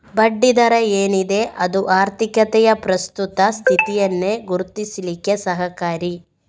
ಬಡ್ಡಿ ದರ ಏನಿದೆ ಅದು ಆರ್ಥಿಕತೆಯ ಪ್ರಸ್ತುತ ಸ್ಥಿತಿಯನ್ನ ಗುರುತಿಸ್ಲಿಕ್ಕೆ ಸಹಕಾರಿ